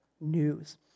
news